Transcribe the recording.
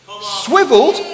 swiveled